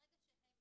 ברגע שהם